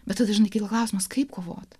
bet dažnai kyla klausimas kaip kovoti